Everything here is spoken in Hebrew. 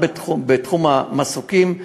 גם בתחום המסוקים,